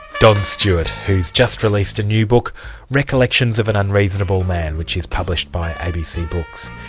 don stewart, who's just released a new book recollections of an unreasonable man, which is published by abc books.